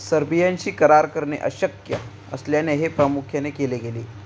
सर्बियांशी करार करणे अशक्य असल्याने हे प्रामुख्याने केले गेले